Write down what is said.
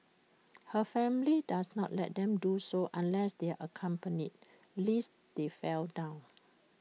her family does not let them do so unless they are accompanied lest they fall down